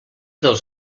dels